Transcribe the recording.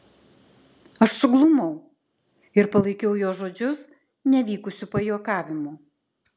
aš suglumau ir palaikiau jo žodžius nevykusiu pajuokavimu